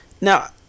Now